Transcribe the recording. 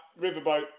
Riverboat